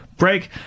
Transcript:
Break